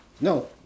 No